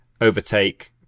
overtake